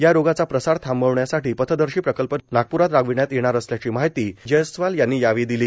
या रोगाचा प्रसार थांबवण्यासाठी पथदर्शी प्रकल्प नागपूरात राबविण्यात येणार असल्याची माहिती जयस्वाल यांनी दिली